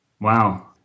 Wow